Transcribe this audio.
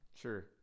Sure